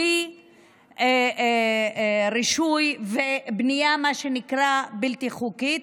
נבנו בלי רישוי, ובבנייה בלתי חוקית,